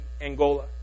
Angola